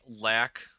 lack